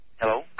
Hello